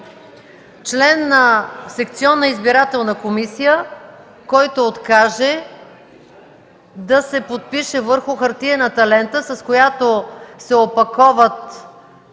„Член на секционна избирателна комисия, който откаже да се подпише върху хартиената лента, с която се запечатват